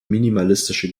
minimalistische